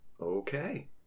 Okay